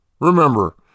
Remember